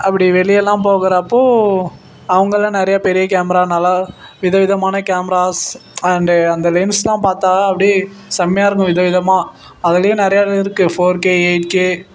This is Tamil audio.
அப்படி வெளியெல்லாம் போகிறப்போ அவங்கள்லாம் நிறைய பெரிய கேமரா நல்லா விதவிதமான கேமராஸ் அண்டு அந்த லென்ஸ்செலாம் பார்த்தா அப்படியே செம்மையாக இருக்கும் விதவிதமாக அதிலியும் நிறையா இருக்குது ஃபோர் கே எயிட் கே